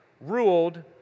ruled